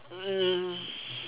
um